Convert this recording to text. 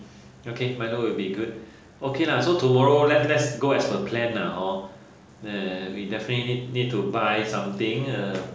okay milo will be good okay lah so tomorrow let let's go as a plan lah hor eh we definitely need to buy something err